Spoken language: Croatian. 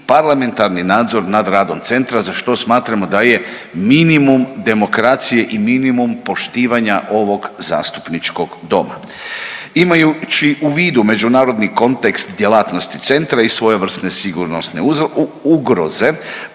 parlamentarni nadzor nad radom centra za što smatramo da je minimum demokracije i minimum poštivanja ovog zastupničkog doma. Imajući u vidu međunarodni kontekst djelatnosti centra i svojevrsne sigurnosne ugroze